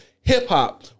hip-hop